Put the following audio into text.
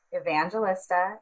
evangelista